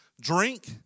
drink